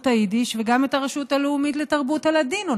היידיש וגם את התרבות הלאומית לתרבות הלדינו,